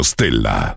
Stella